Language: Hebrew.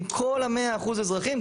עם כל ה-100% אזרחים,